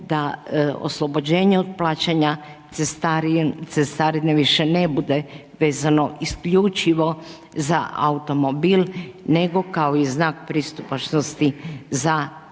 da oslobođenje od plaćanja cestarine više ne bude vezano isključivo za automobil nego kao i znak pristupačnosti za osobu.